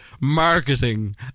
marketing